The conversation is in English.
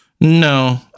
no